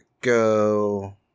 go